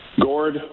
Gord